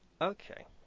Okay